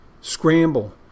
scramble